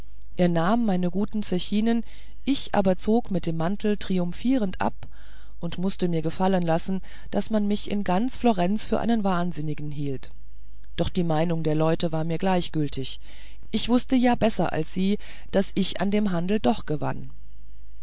er nahm meine guten zechinen ich aber zog mit dem mantel triumphierend ab und mußte mir gefallen lassen daß man mich in ganz florenz für einen wahnsinnigen hielt doch die meinung der leute war mir gleichgültig ich wußte es ja besser als sie daß ich an dem handel noch gewann